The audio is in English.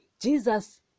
Jesus